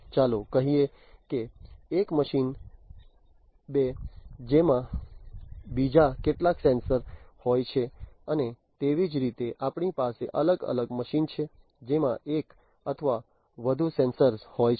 ચાલો કહીએ કે એક મશીન 2 જેમાં બીજા કેટલાક સેન્સર હોય છે અને તેવી જ રીતે આપણી પાસે અલગ અલગ મશીનો છે જેમાં એક અથવા વધુ સેન્સર હોય છે